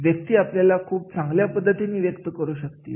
व्यक्ती स्वतःला खूप चांगल्या पद्धतीने व्यक्त करू शकतील